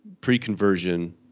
pre-conversion